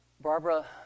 Barbara